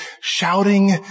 shouting